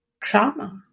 trauma